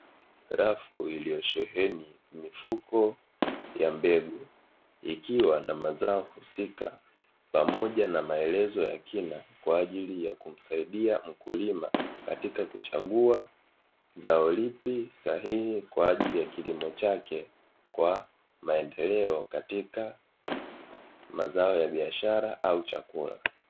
Rafu iliyosheheni mifuko ya mbegu, ikiwa na mazao husika pamoja na maelezo ya kina kwa ajili ya kumsaidia mkulima, katika kuchagua zao lipi sahihi kwa ajili ya kilimo chake, kwa maendeleo katika mazao ya biashara au chakula.